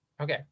okay